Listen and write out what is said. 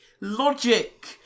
logic